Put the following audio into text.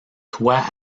toit